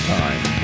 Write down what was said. time